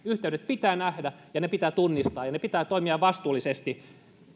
yhteydet pitää nähdä ja ne pitää tunnistaa ja pitää toimia vastuullisesti